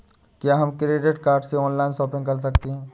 क्या हम credit card से ऑनलाइन शॉपिंग कर सकते हैं?